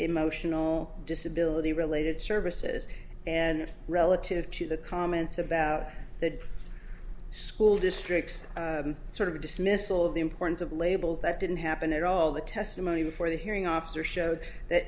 emotional disability related services and relative to the comments about the school district's sort of dismissal of the importance of labels that didn't happen at all the testimony before the hearing officer showed that